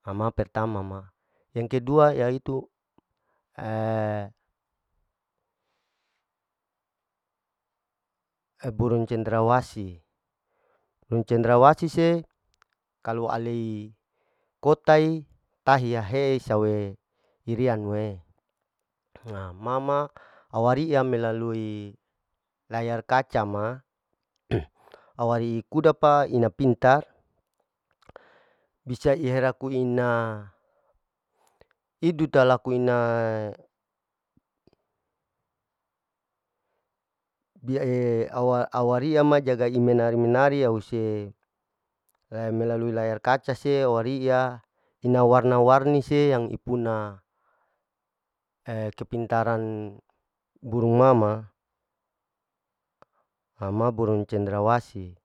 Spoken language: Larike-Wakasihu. Ama pertama ma yang kedua yaitu burung cendrawasi, burung cendrawasi se kalu alei kota i, tahiyahe sawe irianu e, ha ma ma awari'a melalui layar kaca ma awari kuda pa ina pintar, bisa iya laku ina idu tala laku ina dia au-awaria ma jaga imenar-menari ause, melalui layar kaca seo wari'a ina warna-warni se yang ipuna, kepintaran burung ma ma ama burung cendrawasi